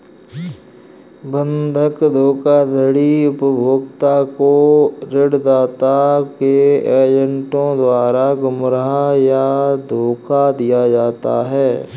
बंधक धोखाधड़ी उपभोक्ता को ऋणदाता के एजेंटों द्वारा गुमराह या धोखा दिया जाता है